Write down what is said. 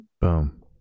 Boom